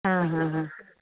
हां हां हां